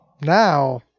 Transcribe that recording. Now